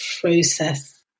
process